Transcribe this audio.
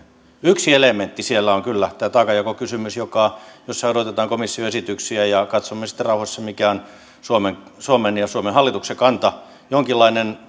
yksi elementti siellä on kyllä tämä taakanjakokysymys jossa odotetaan komission esityksiä ja katsomme sitten rauhassa mikä on suomen suomen ja suomen hallituksen kanta jonkinlainen